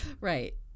Right